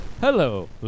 Hello